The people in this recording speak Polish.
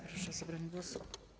Proszę o zabranie głosu.